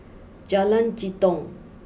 Jalan Jitong